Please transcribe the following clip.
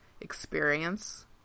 experience